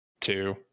two